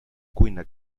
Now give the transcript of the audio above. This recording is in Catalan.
cuina